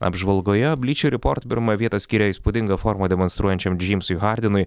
apžvalgoje blyčiur ryport pirmą vietą skiria įspūdingą formą demonstruojančiam džeimsui hardinui